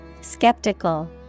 Skeptical